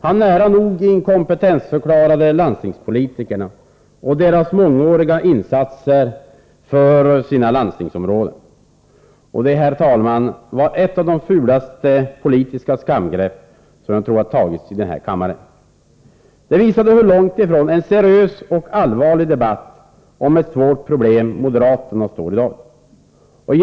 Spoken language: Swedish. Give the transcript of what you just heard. Han nära nog inkompetensförklarade landstingspolitikerna och deras mångåriga insatser för sina landstingsområden. Det var, herr talman, ett av de fulaste politiska skamgrepp som har tagits här i kammaren, tror jag. Det visade hur långt ifrån en seriös och allvarlig debatt om ett svårt problem moderaterna i dag står.